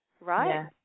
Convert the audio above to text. right